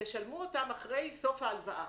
ישלמו אותם אחרי סוף ההלוואה.